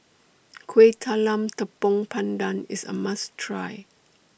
Kueh Talam Tepong Pandan IS A must Try